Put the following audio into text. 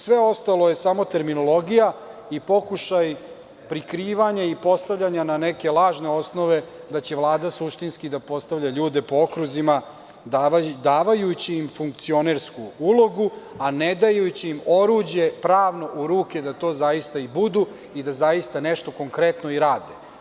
Sve ostalo je samo terminologija i pokušaj prikrivanja i postavljanja na neke lažne osnove da će Vlada suštinski da postavlja ljude po okruzima, davajući im funkcionersku ulogu, a ne dajući im pravno oruđe u ruke da to zaista i budu i da zaista nešto konkretno rade.